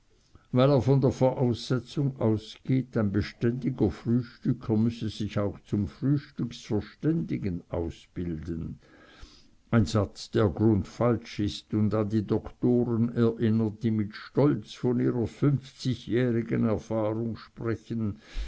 weil er von der voraussetzung ausgeht ein beständiger frühstücker müsse sich auch zum frühstücksverständigen ausbilden ein satz der grundfalsch ist und an die doktoren erinnert die mit stolz von ihrer fünfzigjährigen erfahrung sprechen